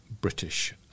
British